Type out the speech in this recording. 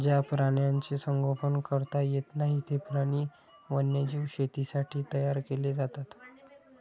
ज्या प्राण्यांचे संगोपन करता येत नाही, ते प्राणी वन्यजीव शेतीसाठी तयार केले जातात